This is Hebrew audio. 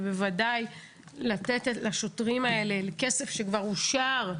ובוודאי לתת לשוטרים האלה כסף שכבר אושר,